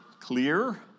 clear